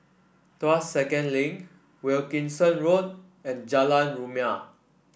Tuas Second Link Wilkinson Road and Jalan Rumia